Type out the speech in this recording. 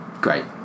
great